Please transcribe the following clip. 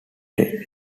day